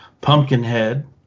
Pumpkinhead